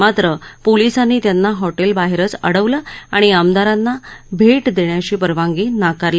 मात्र पोलिसांनी त्यांना हॉटेलबाहेरच अडवलं आणि आमदारांना भेटण्याची परवानगी नाकारली